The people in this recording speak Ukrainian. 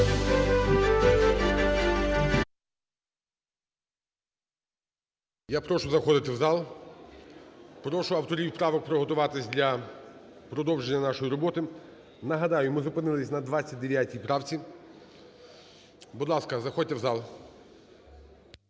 Я прошу заходити в зал. Прошу авторів правок приготуватись для продовження нашої роботи. Нагадаю, ми зупинились на 29 правці. Будь ласка, заходьте в зал.